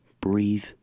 breathe